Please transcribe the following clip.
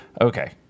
Okay